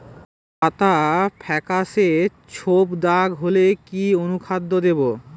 আলুর পাতা ফেকাসে ছোপদাগ হলে কি অনুখাদ্য দেবো?